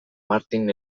martin